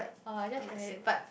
oh I just realize but